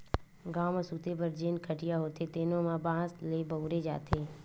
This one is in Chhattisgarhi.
गाँव म सूते बर जेन खटिया होथे तेनो म बांस ल बउरे जाथे